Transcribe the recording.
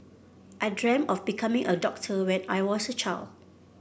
I dreamt of becoming a doctor when I was a child